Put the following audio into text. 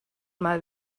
mal